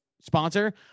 sponsor